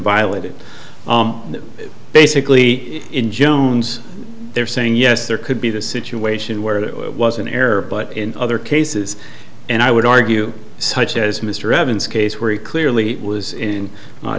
violated and basically in jones there saying yes there could be the situation where it was an error but in other cases and i would argue such as mr evans case where he clearly was in